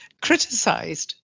criticised